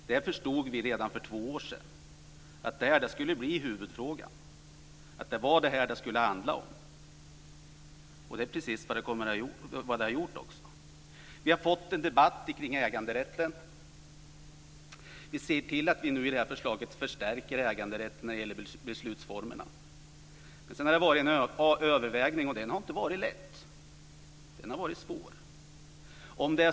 Vi förstod redan för två år sedan att det skulle bli huvudfrågan och att det var detta som det skulle handla om. Det är precis vad det har gjort. Vi har fått en debatt omkring äganderätten. Vi ser till att vi nu i detta förslag förstärker äganderätten när det gäller beslutsformerna. Men sedan har det varit en övervägning, och den har inte varit lätt. Den har varit svår.